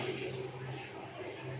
EMI collection ఒక తేదీ మార్చుకోవచ్చా?